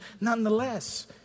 nonetheless